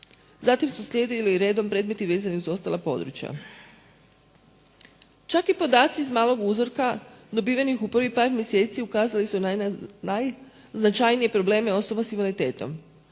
Zatim su slijedili redom predmeti vezani uz ostala područja. Čak i podaci iz malog uzorka dobivenih u prvih par mjeseci ukazali su na najznačajnije probleme osoba sa invaliditetom.